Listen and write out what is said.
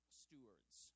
stewards